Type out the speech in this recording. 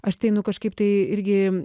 aš tai nu kažkaip tai irgi